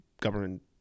government